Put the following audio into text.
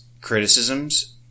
criticisms